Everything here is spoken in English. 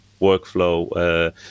workflow